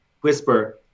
whisper